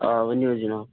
آ ؤنِو حظ جِناب